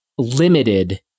Limited